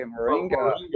Moringa